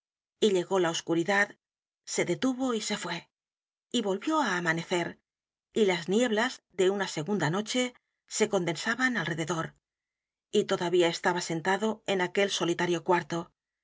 y llegó la oscuridad se detuvo y se fué y volvió á amanecer y las nieblas de una segunda noche se condensaban alrededor y todavía estaba sentado en aquel solitario cuarto